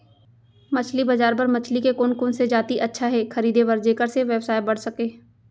मछली बजार बर मछली के कोन कोन से जाति अच्छा हे खरीदे बर जेकर से व्यवसाय बढ़ सके?